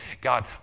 God